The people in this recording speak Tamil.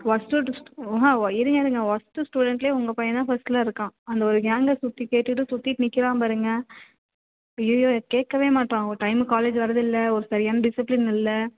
ஒர்ஸ்ட்டு இருங்க இருங்க ஒர்ஸ்ட்டு ஸ்டூடண்ட்டிலே உங்கள் பையன் தான் ஃபர்ஸ்ட்டில் இருக்கான் அந்த ஒரு கேங்கை சுற்றி கேட்டுகிட்டு சுற்றிட்டு நிற்கிறான் பாருங்க ஐய்யயோ கேட்கவே மாட்டேறான் ஒரு டைமுக்கு காலேஜ் வரதில்லை ஒரு சரியான டிசிப்ளின் இல்லை